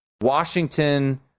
Washington